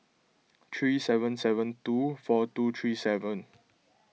three seven seven two four two three seven